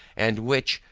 and which,